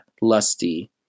lusty